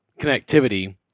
connectivity